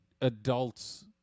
adults